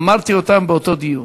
אמרתי אותם באותו דיון: